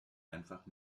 einfach